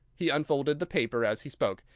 he unfolded the paper as he spoke,